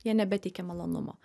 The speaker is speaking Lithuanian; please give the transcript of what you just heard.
jie nebeteikia malonumo